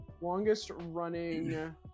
Longest-running